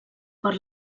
per